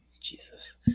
Jesus